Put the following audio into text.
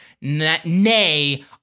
nay